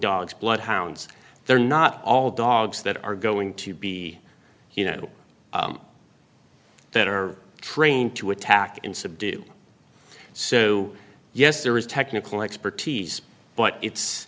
dogs bloodhounds they're not all dogs that are going to be you know that are trained to attack and subdue so yes there is technical expertise but it's